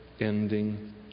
ending